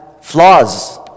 flaws